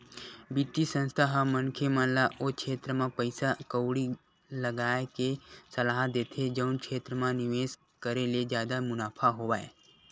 बित्तीय संस्था ह मनखे मन ल ओ छेत्र म पइसा कउड़ी लगाय के सलाह देथे जउन क्षेत्र म निवेस करे ले जादा मुनाफा होवय